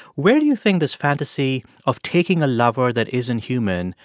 where do you think this fantasy of taking a lover that isn't human,